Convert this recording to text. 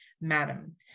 madam